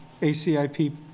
ACIP